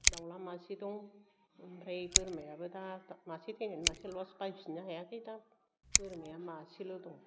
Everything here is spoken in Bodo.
दाउला मासे दं ओमफ्राय बोरमायाबो दा मासे थैनानै मासे लस बायफिन्नो हायाखै दा बोरमाया मासेल' दं